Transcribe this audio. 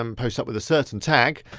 um post up with a certain tag,